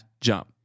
jump